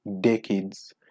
decades